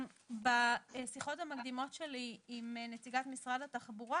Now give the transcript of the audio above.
בשיחות המקדימות שלי עם נציגת משרד התחבורה